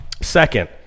second